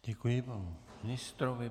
Děkuji panu ministrovi.